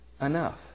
enough